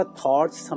thoughts